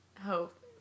Hope